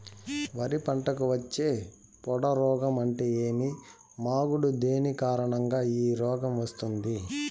వరి పంటకు వచ్చే పొడ రోగం అంటే ఏమి? మాగుడు దేని కారణంగా ఈ రోగం వస్తుంది?